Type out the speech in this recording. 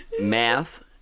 math